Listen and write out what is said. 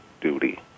duty